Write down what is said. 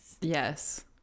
Yes